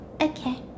Okay